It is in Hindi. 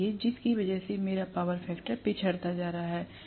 इसलिए जिसकी वजह से मेरा पावर फैक्टर पिछड़ता जा रहा है